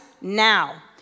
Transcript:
now